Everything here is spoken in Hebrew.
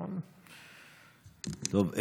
טוב,